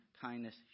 kindness